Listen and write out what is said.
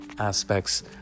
aspects